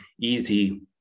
easy